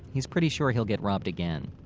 he's pretty sure he'll get robbed again.